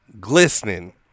Glistening